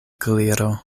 gliro